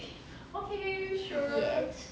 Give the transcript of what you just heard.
yes